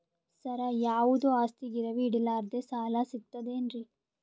ಸರ, ಯಾವುದು ಆಸ್ತಿ ಗಿರವಿ ಇಡಲಾರದೆ ಸಾಲಾ ಸಿಗ್ತದೇನ್ರಿ?